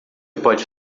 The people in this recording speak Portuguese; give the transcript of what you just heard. pode